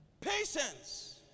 Patience